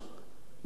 בעוד 10%?